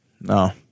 No